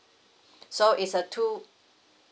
so it's a two